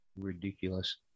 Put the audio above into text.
Ridiculous